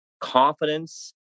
confidence